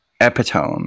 epitome